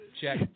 Check